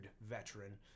veteran